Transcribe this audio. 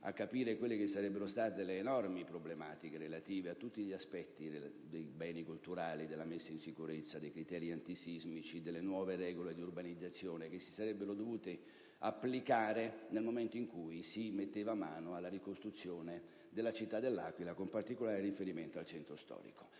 a capire quindi quelle che sarebbero state le enormi problematiche relative a tutti gli aspetti dei beni culturali, della messa in sicurezza, dei criteri antisismici e delle nuove regole di urbanizzazione che si sarebbero dovute applicare nel momento in cui si sarebbe poi messo mano alla ricostruzione della città dell'Aquila, con particolare riferimento al centro storico.